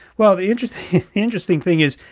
well, the interesting interesting thing is,